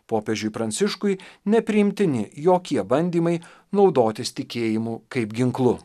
popiežiui pranciškui nepriimtini jokie bandymai naudotis tikėjimu kaip ginklu